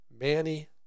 Manny